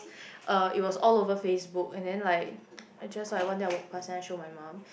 uh it was all over FaceBook and then like I just like one day I walk past and then I show my mum